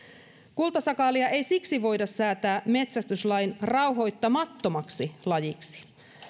kultasakaalia ei siksi voida säätää metsästyslain rauhoittamattomaksi lajiksi